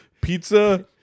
pizza